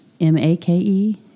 M-A-K-E